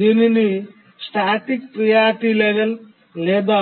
దీనిని static priority level లేదా